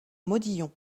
modillons